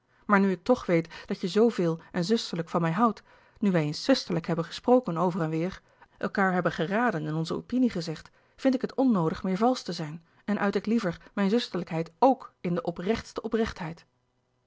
maar nu ik toch weet dat je zooveel en zusterlijk van mij houdt nu wij eens zusterlijk hebben gesproken over en weêr elkaâr hebben geraden en onze opinie gezegd vind ik het onnoodig meer valsch te zijn en uit ik liever mijn zusterlijkheid o o k in de oprechtste